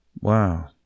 Wow